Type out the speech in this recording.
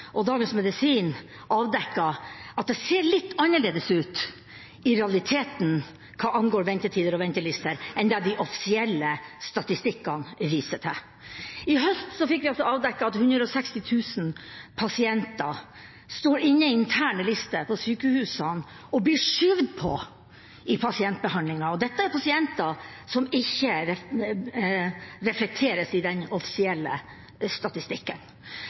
og Dagens Medisin avdekket at det ser litt annerledes ut i realiteten hva angår ventetider og ventelister, enn det de offisielle statistikkene viser. I høst fikk vi altså avdekket at 160 000 pasienter står på interne lister i sykehusene og blir skjøvet på i pasientbehandlingen. Dette er pasienter som ikke reflekteres i den offisielle statistikken.